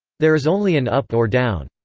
there is only an up or down.